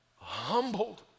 humbled